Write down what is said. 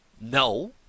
no